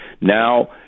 now